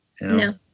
No